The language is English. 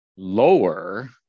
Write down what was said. lower